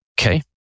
Okay